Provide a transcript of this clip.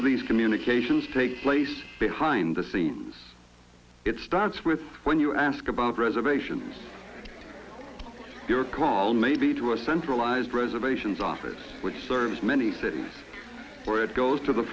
of these communications take place behind the scenes it starts with when you ask about reservations your call may be to a centralized reservations office which serves many cities or it goes to the